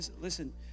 listen